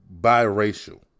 biracial